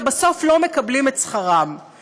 ובסוף לא מקבלים את שכרם,